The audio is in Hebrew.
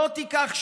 "לא תִקח שֹחד",